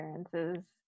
experiences